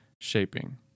shaping